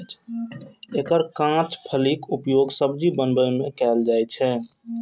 एकर कांच फलीक उपयोग सब्जी बनबै मे कैल जाइ छै